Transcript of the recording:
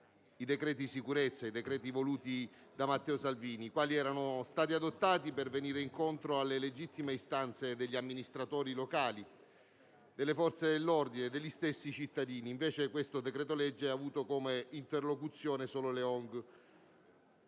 i decreti sicurezza voluti da Matteo Salvini, che erano stati adottati per venire incontro alle legittime istanze degli amministratori locali, delle Forze dell'ordine e degli stessi cittadini. Questo decreto-legge, invece, ha avuto come interlocuzione solo le ONG.